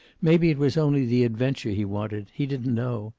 maybe it was only the adventure he wanted he didn't know.